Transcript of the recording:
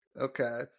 Okay